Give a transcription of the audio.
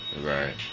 Right